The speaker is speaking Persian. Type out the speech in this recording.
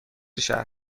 شهر